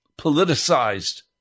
politicized